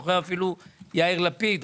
אני זוכר שאפילו יאיר לפיד,